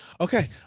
okay